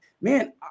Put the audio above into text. man